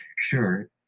sure